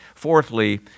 Fourthly